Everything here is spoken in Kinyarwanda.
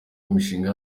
imishinga